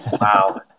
Wow